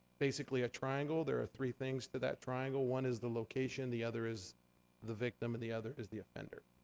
basically a triangle, there are three things to that triangle. one is the location, the other is the victim, and the other is the offender.